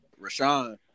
Rashawn